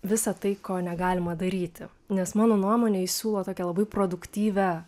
visa tai ko negalima daryti nes mano nuomone jis siūlo tokią labai produktyvią